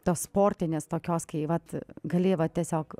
tos sportinės tokios kai vat gali vat tiesiog